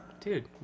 dude